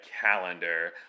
calendar